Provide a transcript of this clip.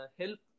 help